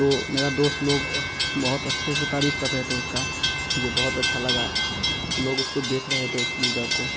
तो मेरए दोस्त लोग बहुत अच्छे से तारीफ़ कर रहे थे उसका मुझे बहुत अच्छा लगा लोग उसको देख रहे थे इस्कूल बैग को